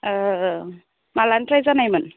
माब्लानिफ्राय जानायमोन